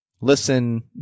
listen